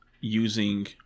using